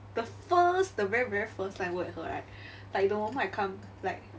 the first the very very first time I work with her right like the moment I come like